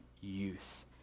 youth